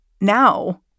Now